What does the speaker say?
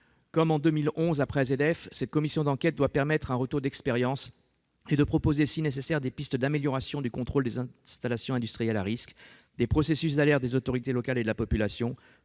Comme en 2011 après AZF, cette commission d'enquête doit permettre un retour d'expérience, proposer, le cas échéant, des pistes d'amélioration du contrôle des installations industrielles à risque, des processus d'alerte des autorités locales et de la population